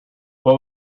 what